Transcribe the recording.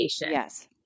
Yes